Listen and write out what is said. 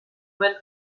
went